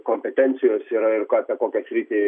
kompetencijos yra ir ką apie kokią sritį